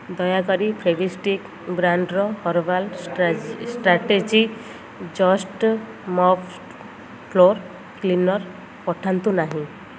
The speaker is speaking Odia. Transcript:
ଦୟାକରି ଫେଭିଷ୍ଟିକ୍ ବ୍ରାଣ୍ଡ୍ର herbal strategy just mop floor cleaner ପଠାନ୍ତୁ ନାହିଁ